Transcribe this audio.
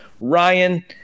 Ryan